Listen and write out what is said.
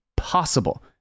Possible